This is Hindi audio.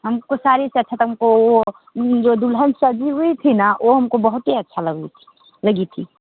हमको साड़ी से अच्छा तो हमको वो जो दुल्हन सजी हुई थी ना वो हमको बहुत ही अच्छी लगी लगी थी